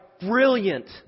brilliant